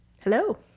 hello